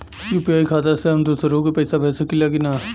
UPI खाता से हम दुसरहु के पैसा भेज सकीला की ना?